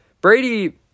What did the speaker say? Brady